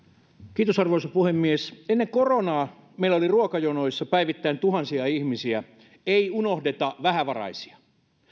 arvoisa puhemies ennen koronaa meillä oli ruokajonoissa päivittäin tuhansia ihmisiä ei unohdeta vähävaraisia